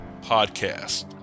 podcast